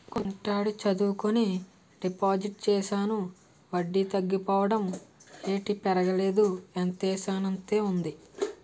గుంటడి చదువుకని డిపాజిట్ చేశాను వడ్డీ తగ్గిపోవడం ఏటి పెరగలేదు ఎంతేసానంతే ఉంది